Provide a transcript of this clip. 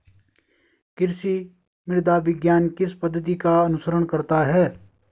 कृषि मृदा विज्ञान किस पद्धति का अनुसरण करता है?